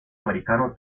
americano